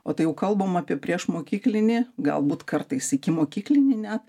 o tai jau kalbam apie priešmokyklinį galbūt kartais ikimokyklinį net